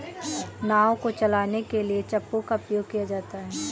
नाव को चलाने के लिए चप्पू का प्रयोग किया जाता है